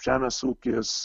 žemės ūkis